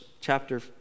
chapter